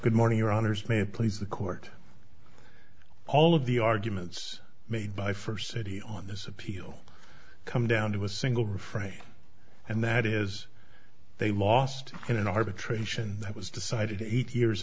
good morning your honour's may it please the court all of the arguments made by first city on this appeal come down to a single refrain and that is they lost in an arbitration that was decided eight years